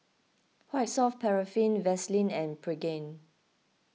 White Soft Paraffin Vaselin and Pregain